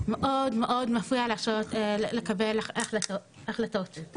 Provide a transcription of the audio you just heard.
מאוד מפריע לקבל החלטות.